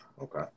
Okay